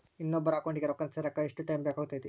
ಇನ್ನೊಬ್ಬರ ಅಕೌಂಟಿಗೆ ರೊಕ್ಕ ಸೇರಕ ಎಷ್ಟು ಟೈಮ್ ಬೇಕಾಗುತೈತಿ?